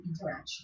interaction